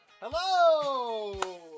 Hello